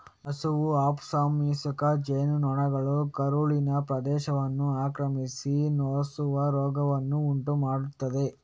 Nosema ಆಪಿಸ್ವಯಸ್ಕ ಜೇನು ನೊಣಗಳ ಕರುಳಿನ ಪ್ರದೇಶವನ್ನು ಆಕ್ರಮಿಸಿ ನೊಸೆಮಾ ರೋಗವನ್ನು ಉಂಟು ಮಾಡ್ತದೆ